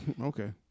Okay